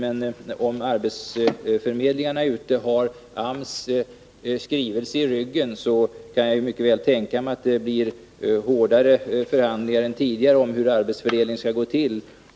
Men om arbetförmedlingarna har AMS skrivelse i ryggen, så kan jag mycket väl tänka mig att det blir hårdare förhandlingar än tidigare om hur arbetsfördelningen skall gå till.